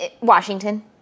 Washington